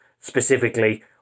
specifically